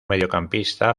mediocampista